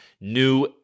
new